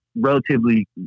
relatively